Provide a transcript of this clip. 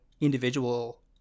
individual